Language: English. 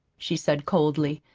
she said coldly.